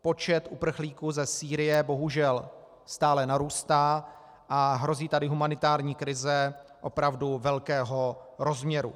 Počet uprchlíků ze Sýrie bohužel stále narůstá a hrozí tady humanitární krize opravdu velkého rozměru.